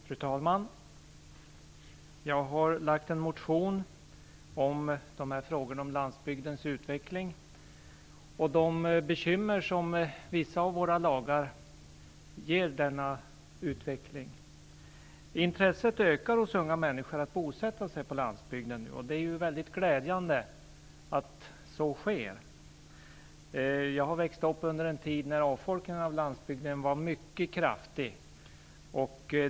Fru talman! Jag har väckt en motion om de frågor som gäller landsbygdens utveckling, och om de bekymmer som vissa av våra lagar ställer till med när det gäller denna utveckling. Intresset för att bosätta sig på landsbygden ökar bland unga människor. Det är väldigt glädjande att så sker. Jag växte upp i en tid då avfolkningen av landsbygden var mycket kraftigt.